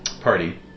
party